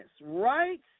right